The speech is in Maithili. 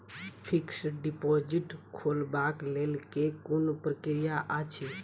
फिक्स्ड डिपोजिट खोलबाक लेल केँ कुन प्रक्रिया अछि?